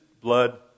blood